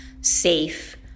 safe